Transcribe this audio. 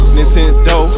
Nintendo